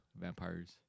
vampires